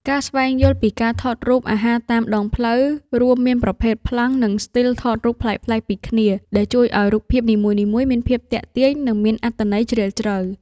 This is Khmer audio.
ការស្វែងយល់ពីការថតរូបអាហារតាមដងផ្លូវ រួមមានប្រភេទប្លង់ និងស្ទីលថតរូបប្លែកៗពីគ្នា ដែលជួយឱ្យរូបភាពនីមួយៗមានភាពទាក់ទាញ និងមានអត្ថន័យជ្រាលជ្រៅ។